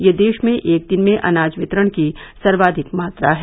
यह देश में एक दिन में अनाज वितरण की सर्वाधिक मात्रा है